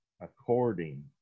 according